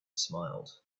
smiled